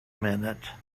minute